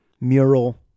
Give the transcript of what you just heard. Mural